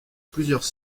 plusieurs